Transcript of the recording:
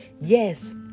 Yes